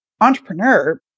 entrepreneur